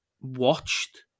watched